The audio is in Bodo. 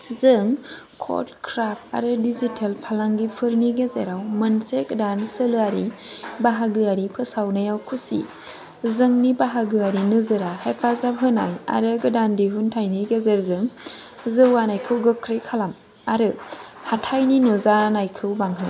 जों कड क्राफ आरो डिजिटेल फालांगिफोरनि गेजेराव मोनसे गोदान सोलारि बाहागोयारि फोसावनायाव खुसि जोंनि बाहागोआरि नोजोरा हेफाजाब होनाय आरो गोदान दिहुनथाइनि गेजेरजों जौगानायखौ गोख्रै खालाम आरो हाथाइनि नुजानायखौ बांहो